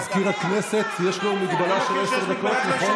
מזכיר הכנסת, יש לו הגבלה של עשר דקות, נכון?